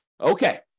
Okay